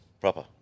Proper